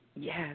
Yes